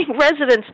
residents